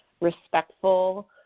respectful